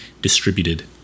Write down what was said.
distributed